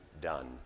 done